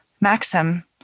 Maxim